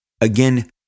again